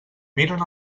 miren